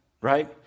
right